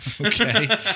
Okay